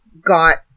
got